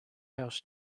house